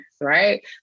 right